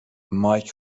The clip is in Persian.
مایک